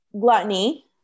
gluttony